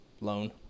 loan